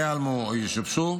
ייעלמו או ישובשו,